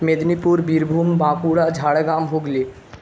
Medinipur Birbhum Bankura Jhargram Hooghly